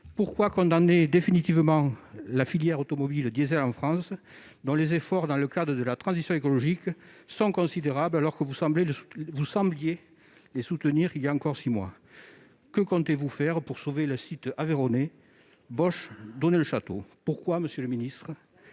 pourquoi condamner définitivement la filière automobiles diesel en France, dont les efforts, dans le cadre de la transition écologique, sont considérables et alors que vous sembliez la soutenir voilà encore six mois ? Que comptez-vous faire pour sauver le site aveyronnais Bosch d'Onet-le-Château ? Pourquoi faire le choix de